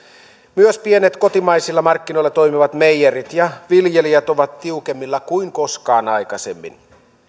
myös pienet kotimaisilla markkinoilla toimivat meijerit ja viljelijät ovat tiukemmilla kuin koskaan aikaisemmin